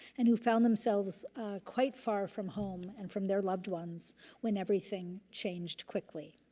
and who found themselves quite far from home and from their loved ones when everything changed quickly.